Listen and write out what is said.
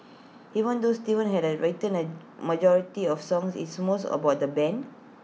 even though Steven and I have written A majority of songs it's more about the Band